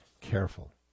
careful